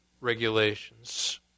regulations